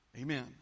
amen